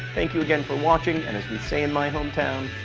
thank you again for watching. and as we say in my hometown,